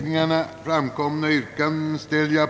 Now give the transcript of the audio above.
Herr talman!